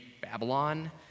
Babylon